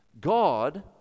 God